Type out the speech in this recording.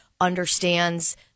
understands